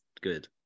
good